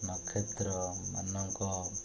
ନକ୍ଷତ୍ର ମାନଙ୍କ